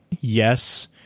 yes